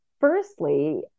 firstly